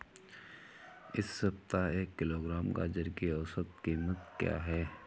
इस सप्ताह एक किलोग्राम गाजर की औसत कीमत क्या है?